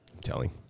telling